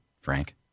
Frank